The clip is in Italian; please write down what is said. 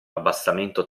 abbassamento